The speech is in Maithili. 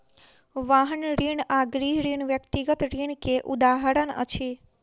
वाहन ऋण आ गृह ऋण व्यक्तिगत ऋण के उदाहरण अछि